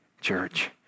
church